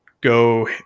go